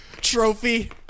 trophy